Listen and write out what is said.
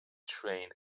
train